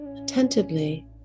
attentively